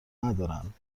ندارند